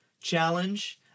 challenge